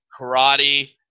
karate